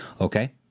Okay